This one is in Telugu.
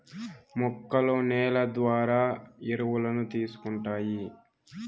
మొక్కలు నేల ద్వారా ఎరువులను తీసుకుంటాయి